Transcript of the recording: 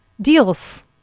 deals